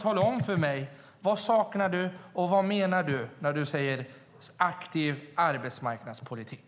Tala om för mig vad du saknar och vad du menar när du säger "aktiv arbetsmarknadspolitik".